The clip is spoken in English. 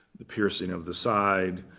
the piercing of the side,